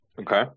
Okay